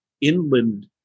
inland